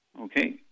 Okay